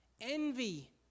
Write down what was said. Envy